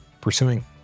pursuing